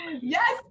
Yes